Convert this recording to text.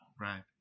Right